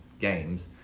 games